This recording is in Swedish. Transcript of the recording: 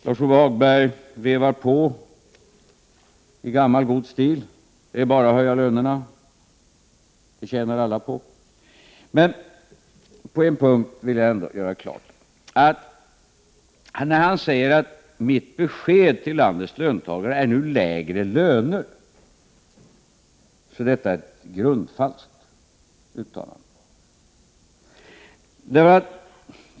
Lars-Ove Hagberg fortsätter i gammal god stil: Det är bara att höja lönerna, det tjänar alla på. På en punkt vill jag ändå klargöra förhållandena. När han säger att mitt besked till landets löntagare nu är att de skall få lägre löner, då är detta ett i grunden falskt uttalande.